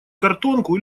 картонку